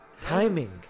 timing